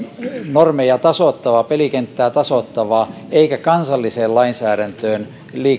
normeja ja pelikenttää tasoittavaa eikä kansalliseen lainsäädäntöön